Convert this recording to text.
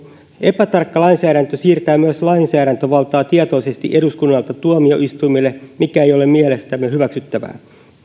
epätarkka lainsäädäntö siirtää myös lainsäädäntövaltaa tietoisesti eduskunnalta tuomioistuimille mikä ei ole mielestämme hyväksyttävää